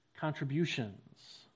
contributions